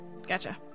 Gotcha